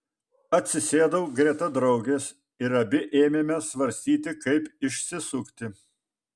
atsisėdau greta draugės ir abi ėmėme svarstyti kaip išsisukti